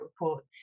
report